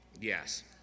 yes